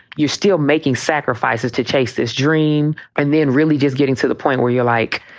you're still making sacrifices to chase this dream. and then really just getting to the point where you're like,